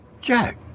Jack